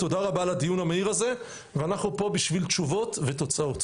תודה רבה על הדיון המהיר הזה ואנחנו פה בשביל תשובות ותוצאות.